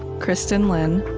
kristin lin,